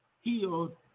healed